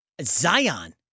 Zion